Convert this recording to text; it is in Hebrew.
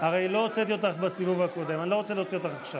אתה יכול לחזור בך.